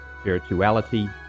spirituality